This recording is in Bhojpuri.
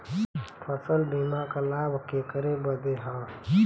फसल बीमा क लाभ केकरे बदे ह?